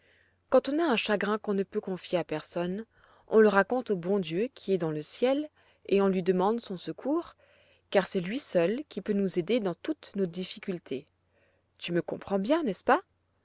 quand on a un chagrin qu'on ne peut confier à personne on le raconte au bon dieu qui est dans le ciel et on lui demande son secours car c'est lui seul qui peut nous aider dans toutes nos difficultés tu me comprends bien n'est-ce pas